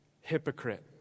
hypocrite